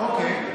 אוקיי.